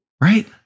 Right